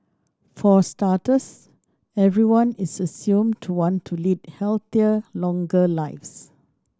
for starters everyone is assumed to want to lead healthier longer lives